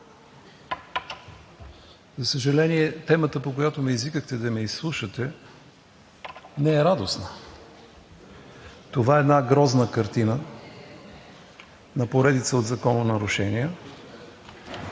За съжаление, темата, по която ме извикахте да ме изслушате, не е радостна. Това е една грозна картина на поредица от закононарушения,